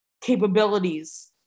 capabilities